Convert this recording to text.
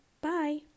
Bye